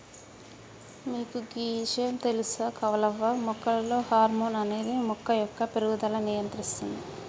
మీకు గీ ఇషయాం తెలుస కమలవ్వ మొక్కలలో హార్మోన్ అనేది మొక్క యొక్క పేరుగుదలకు నియంత్రిస్తుంది